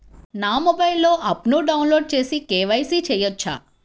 నా మొబైల్లో ఆప్ను డౌన్లోడ్ చేసి కే.వై.సి చేయచ్చా?